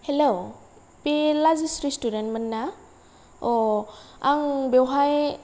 hello बे लाजिस रेस्टुरेन्टमोन ना अ आं बेवहाय